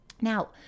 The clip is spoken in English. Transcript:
Now